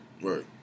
Right